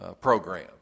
program